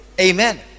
Amen